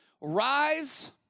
rise